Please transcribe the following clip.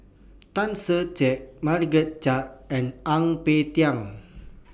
Tan Ser Cher Margaret Chan and Ang Peng Tiam